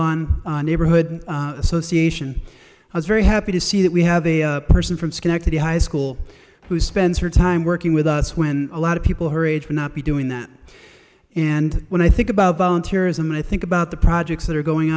woodlawn neighborhood association i was very happy to see that we have a person from schenectady high school who spends her time working with us when a lot of people her age not be doing that and when i think about volunteers and i think about the projects that are going